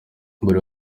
bari